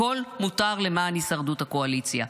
הכול מותר למען הישרדות הקואליציה.